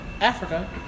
Africa